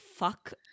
Fuck